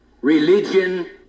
religion